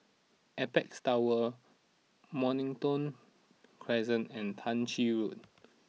Apex Tower Mornington Crescent and Tah Ching